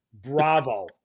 Bravo